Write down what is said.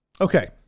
Okay